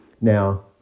Now